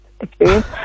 experience